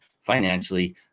financially